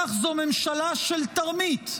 כך זו ממשלה של תרמית.